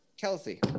Kelsey